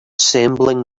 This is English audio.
assembling